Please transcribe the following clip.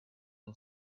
and